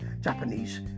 Japanese